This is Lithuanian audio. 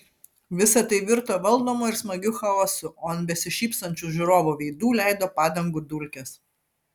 visa tai virto valdomu ir smagiu chaosu o ant besišypsančių žiūrovų veidų leido padangų dulkes